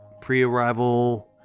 pre-arrival